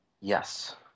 Yes